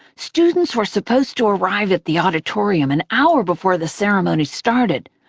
students were supposed to arrive at the auditorium an hour before the ceremony started,